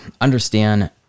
understand